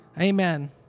Amen